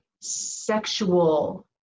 sexual